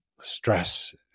stress